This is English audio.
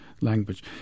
language